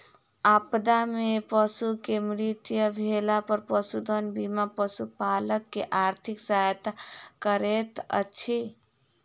आपदा में पशु के मृत्यु भेला पर पशुधन बीमा पशुपालक के आर्थिक सहायता करैत अछि